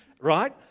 right